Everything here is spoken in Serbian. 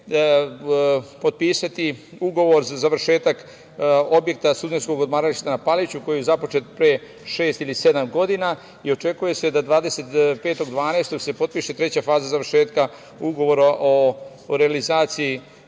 potpisati ugovor za završetak objekta studenskog odmarališta na Paliću, koji je započet pre šest ili sedam godina i očekuje se da 25.12.2020. godine, se potpiše treća faza završetka ugovora o realizaciji